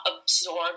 absorb